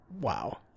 wow